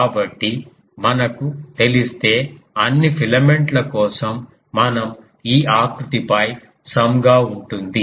కాబట్టి మనకు తెలిస్తే అన్ని ఫిలమెంట్ ల కోసం మనం ఈ ఆకృతి పై సమ్ గా ఉంటుంది